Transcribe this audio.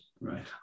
Right